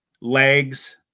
legs